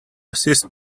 assist